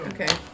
Okay